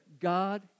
God